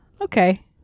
Okay